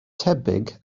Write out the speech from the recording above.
tebyg